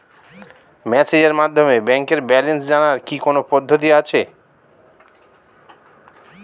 মেসেজের মাধ্যমে ব্যাংকের ব্যালেন্স জানার কি কোন পদ্ধতি আছে?